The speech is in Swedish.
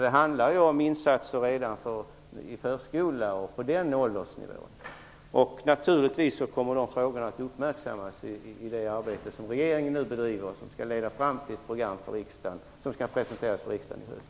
Det handlar ju om insatser redan i förskolan och i den åldersgruppen. Naturligtvis kommer dessa frågor att uppmärksammas i det arbete som regeringen nu bedriver och som skall leda fram till ett program som skall presenteras för riksdagen i höst.